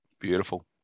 Beautiful